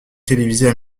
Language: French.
télévisée